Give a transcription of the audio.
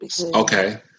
Okay